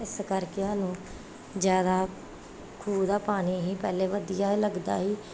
ਇਸ ਕਰਕੇ ਸਾਨੂੰ ਜ਼ਿਆਦਾ ਖੂਹ ਦਾ ਪਾਣੀ ਹੀ ਪਹਿਲੇ ਵਧੀਆ ਲੱਗਦਾ ਸੀ